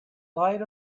light